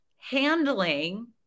handling